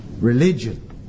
Religion